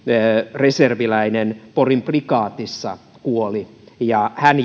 reserviläinen porin prikaatissa kuoli ja hän